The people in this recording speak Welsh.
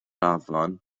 afon